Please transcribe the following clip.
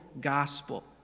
gospel